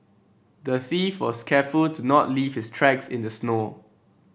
the thief was careful to not leave his tracks in the snow